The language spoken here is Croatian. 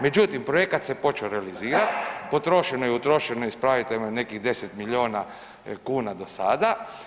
Međutim, projekat se počeo realizirat, potrošeno je, utrošeno je, ispravite me, nekih 10 milijona kuna do sada.